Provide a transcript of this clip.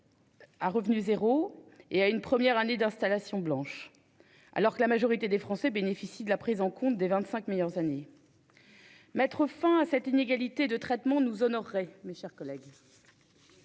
un revenu zéro et à une première année d'installation blanche ? Et cela alors que la majorité des Français bénéficient de la prise en compte des vingt-cinq meilleures années. Mettre fin à cette inégalité de traitement nous honorerait, mes chers collègues.